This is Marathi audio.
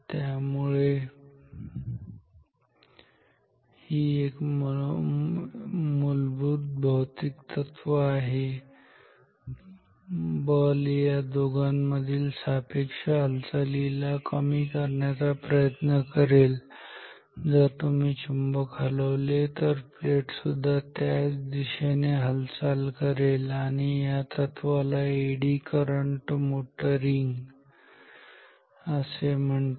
त्यामुळे ही एक मूलभूत भौतिक तत्व आहे बल या दोघांमधील सापेक्ष हालचालीला कमी करण्याचा प्रयत्न करेल जर तुम्ही चुंबक हलवले तर प्लेट सुद्धा त्याच दिशेने हालचाल करेल आणि या तत्वाला एडी करंट मोटरिंग असे म्हणतात